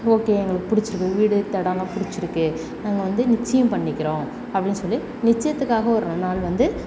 okay எங்களுக்கு பிடிச்சிருக்கு வீடு தெடம்லாம் பிடிச்சிருக்கு நாங்கள் வந்து நிச்சயம் பண்ணிக்கிறோம் அப்படின்னு சொல்லி நிச்சயத்துக்காக ஒரு நல்ல நாள் வந்து